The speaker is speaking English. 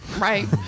right